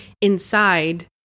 inside